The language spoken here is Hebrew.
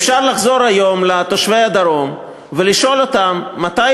אפשר לחזור היום לתושבי הדרום ולשאול אותם מתי